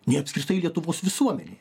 nei apskritai lietuvos visuomenėje